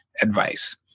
advice